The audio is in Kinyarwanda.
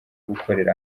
gukorera